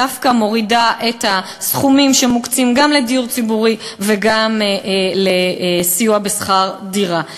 דווקא מורידה את הסכומים שמוקצים גם לדיור ציבורי וגם לסיוע בשכר דירה.